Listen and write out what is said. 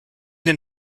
den